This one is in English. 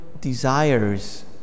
desires